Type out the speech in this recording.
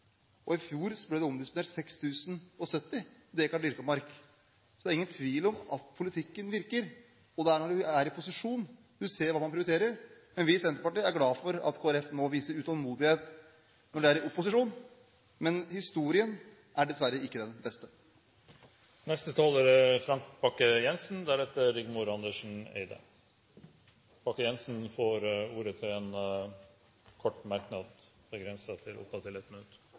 så det er ingen tvil om at politikken virker. Det er når man er i posisjon man ser hva man prioriterer. Vi i Senterpartiet er glad for at Kristelig Folkeparti nå viser utålmodighet når de er opposisjon, men historien er dessverre ikke den beste. Representanten Frank Bakke-Jensen har hatt ordet to ganger tidligere og får ordet til en kort merknad, begrenset til 1 minutt. Bare kort: Takk for debatten! Så litt til